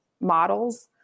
models